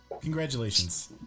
Congratulations